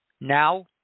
now